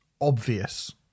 obvious